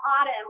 Autumn